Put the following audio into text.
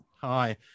Hi